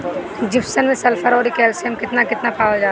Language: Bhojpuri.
जिप्सम मैं सल्फर औरी कैलशियम कितना कितना पावल जाला?